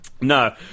No